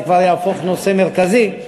זה יהפוך לנושא מרכזי.